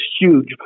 huge